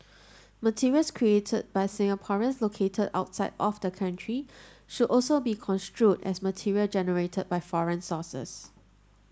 materials created by Singaporeans located outside of the country should also be construed as material generated by foreign sources